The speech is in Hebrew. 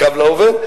"קו לעובד",